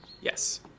Yes